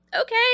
Okay